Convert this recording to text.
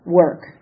work